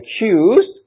accused